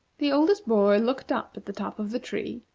the oldest boy looked up at the top of the tree,